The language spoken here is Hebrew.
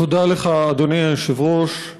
תודה לך, אדוני היושב-ראש.